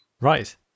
Right